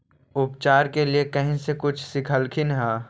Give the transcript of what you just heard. उपचार के लीये कहीं से कुछ सिखलखिन हा?